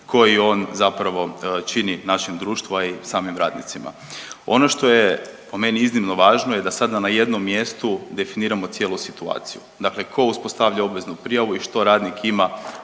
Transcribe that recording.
koji on zapravo čini našem društvu, a i samim radnicima. Ono što je po meni iznimno važno da sada na jednom mjestu definiramo cijelu situaciju. Dakle tko uspostavlja obveznu prijavu i što radnik ima